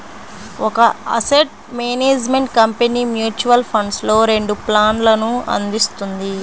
ఒక asset management company mutual ఫండ్స్లో రెండు ప్లాన్లను అందిస్తుంది